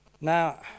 Now